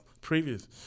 previous